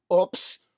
Oops